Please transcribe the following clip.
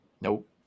Nope